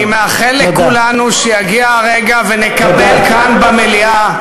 אני מאחל לכולנו שיגיע הרגע ונקבל כאן במליאה,